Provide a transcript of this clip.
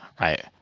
right